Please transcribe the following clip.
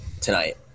tonight